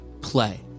play